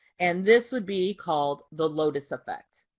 and this would be called the lotus effect.